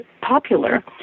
Popular